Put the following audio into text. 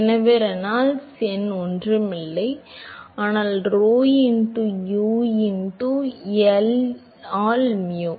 எனவே ரெனால்ட்ஸ் எண் ஒன்றும் இல்லை ஆனால் Rho into u into L all mu